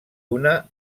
una